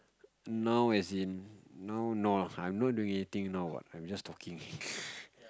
now as in now no I'm not doing anything now what I'm just talking